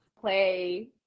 play